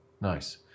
Nice